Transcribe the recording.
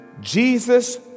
Jesus